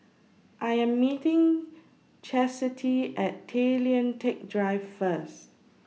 I Am meeting Chasity At Tay Lian Teck Drive First